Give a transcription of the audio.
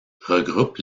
regroupe